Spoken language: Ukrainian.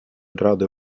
ради